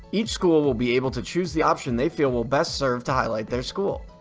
each school will be able to choose the option they feel will best serve to highlight their school.